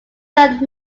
done